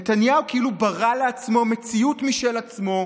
נתניהו כאילו ברא לעצמו מציאות משל עצמו,